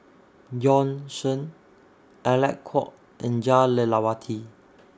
Bjorn Shen Alec Kuok and Jah Lelawati